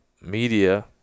media –